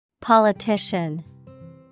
Politician